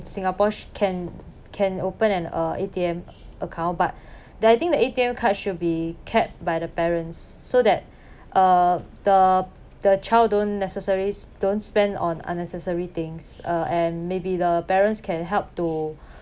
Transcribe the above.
singapore can can open and a A_T_M account but then I think the A_T_M card should be kept by the parents so that uh the the child don't necessaries don't spend on unnecessary things uh and maybe the parents can help to